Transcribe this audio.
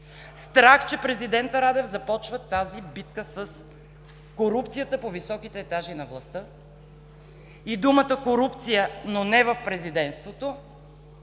Страх, че президентът Радев започва битката с корупцията по високите етажи на властта и думата „корупция“, но не в президентството,